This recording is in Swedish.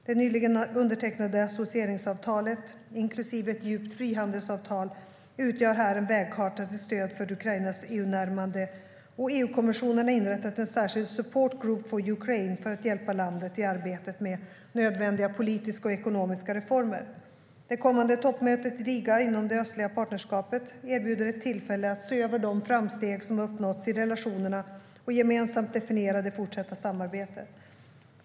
Det nyligen undertecknade associeringsavtalet, inklusive ett djupt frihandelsavtal, utgör här en vägkarta till stöd för Ukrainas EU-närmande. Och EU-kommissionen har inrättat en särskild Support Group for Ukraine för att hjälpa landet i arbetet med nödvändiga politiska och ekonomiska reformer. Det kommande toppmötet i Riga inom det östliga partnerskapet erbjuder ett tillfälle att se över de framsteg som har uppnåtts i relationerna och gemensamt definiera det fortsatta samarbetet.